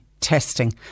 testing